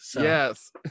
Yes